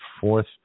Fourth